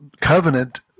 covenant